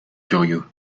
curieux